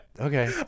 Okay